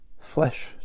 flesh